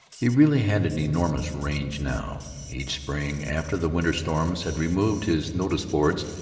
he really had an enormous range now. each spring, after the winter storms had removed his notice-boards,